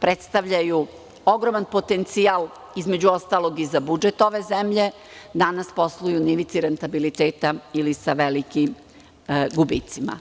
predstavljaju ogroman potencijal, između ostalog i za budžet ove zemlje, danas posluju na ivici rentabiliteta ili sa velikim gubicima.